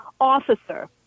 officer